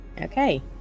Okay